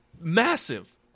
massive